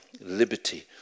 liberty